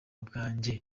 bwanjye